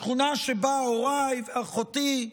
השכונה שבה הוריי, אחותי,